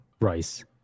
rice